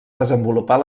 desenvolupar